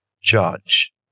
judge